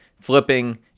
flipping